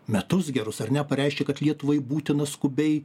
metus gerus ar ne pareiškė kad lietuvai būtina skubiai